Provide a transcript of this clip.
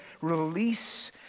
release